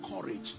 courage